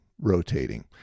rotating